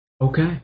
Okay